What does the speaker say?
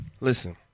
listen